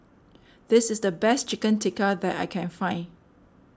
this is the best Chicken Tikka that I can find